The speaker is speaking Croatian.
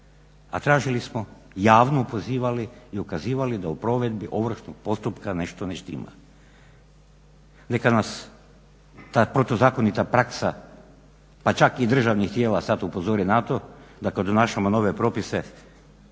a tražili smo javno pozivali i ukazivali da o provedbi ovršnog postupka nešto ne štima. Neka nas ta protuzakonita praksa pa čak i državnih tijela sada upozori na to da kod donašamo nove propise